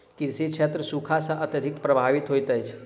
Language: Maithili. कृषि क्षेत्र सूखा सॅ अत्यधिक प्रभावित होइत अछि